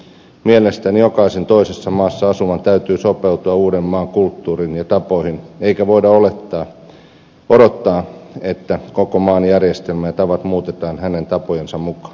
mielestäni jokaisen toisessa maassa asuvan täytyy sopeutua uuden maan kulttuuriin ja tapoihin eikä voida odottaa että koko maan järjestelmä ja tavat muutetaan hänen tapojensa mukaan